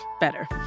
Better